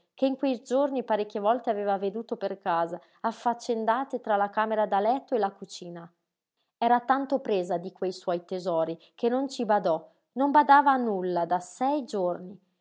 che in quei giorni parecchie volte aveva veduto per casa affaccendate tra la camera da letto e la cucina era tanto presa di quei suoi tesori che non ci badò non badava a nulla da sei giorni